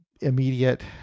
immediate